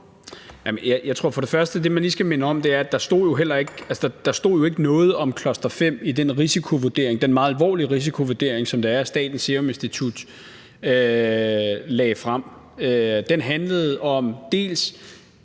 jeg tror for det første, at det, man lige skal minde om, er, at der jo ikke stod noget om cluster-5 i den meget alvorlige risikovurdering, som Statens Serum Institut lagde frem. Den handlede dels